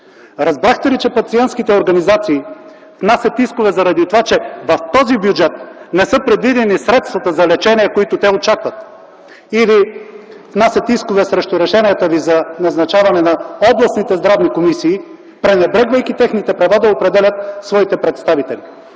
Разбрахте ли, че пациентските организации внасят искове, заради това че в този бюджет не са предвидени средствата за лечение, които те очакват? Внасят искове срещу решенията ви за назначаване на областните здравни комисии, пренебрегвайки техните права да определят своите представители.